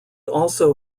also